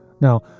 Now